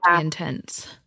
intense